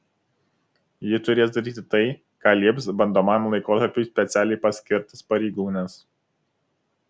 ji turės daryti tai ką lieps bandomajam laikotarpiui specialiai paskirtas pareigūnas